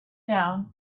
down